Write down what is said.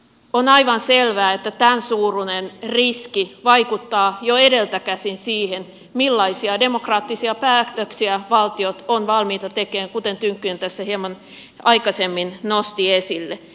on aivan selvää että tämänsuuruinen riski vaikuttaa jo edeltä käsin siihen millaisia demokraattisia päätöksiä valtiot ovat valmiita tekemään kuten tynkkynen tässä hieman aikaisemmin nosti esille